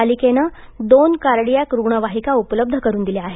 पालिकेने दोन कार्डीऍक रुग्णवाहिका उपलब्ध करून दिल्या आहेत